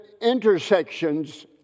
intersections